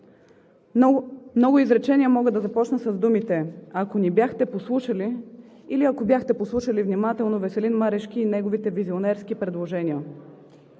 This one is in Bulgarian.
Много изречения мога да започна с думите „ако ни бяхте послушали“ или „ако бяхте послушали внимателно Веселин Марешки и неговите визионерски предложения“.